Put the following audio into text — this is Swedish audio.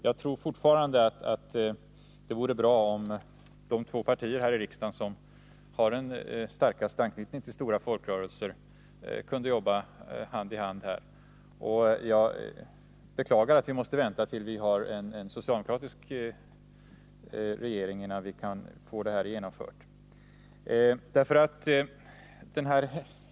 Jag tror fortfarande att det vore bra om de två partier här i riksdagen som har den starkaste anknytningen till stora folkrörelser kunde jobba hand i hand i detta avseende. Jag beklagar att vi måste vänta tills vi har en socialdemokratisk regering, innan vi kan få det här genomfört.